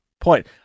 point